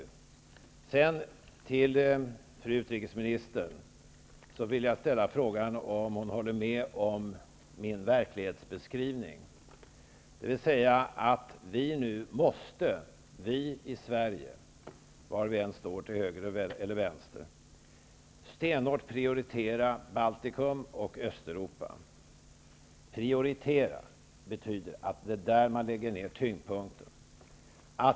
Sedan vill jag till fru utrikesministern ställa frågan om hon håller med om min verklighetsbeskrivning, dvs. att vi i Sverige nu måste -- var vi än står till höger eller vänster -- stenhårt prioritera Baltikum och Östeuropa. Prioritera betyder att det är där man lägger tyngdpunkten.